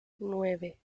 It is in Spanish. nueve